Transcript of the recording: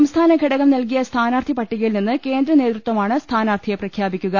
സംസ്ഥാന ഘടകം നൽകിയ സ്ഥാനാർത്ഥി പട്ടികയിൽ നിന്ന് കേന്ദ്ര നേതൃത്വമാണ് സ്ഥാനാർത്ഥിയെ പ്രഖ്യാപിക്കുക